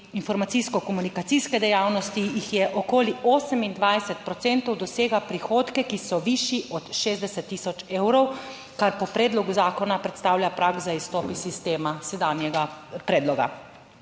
informacijsko komunikacijske dejavnosti jih je okoli 28 procentov, dosega prihodke, ki so višji od 60000 evrov, kar po predlogu zakona predstavlja prag za izstop iz sistema sedanjega predloga.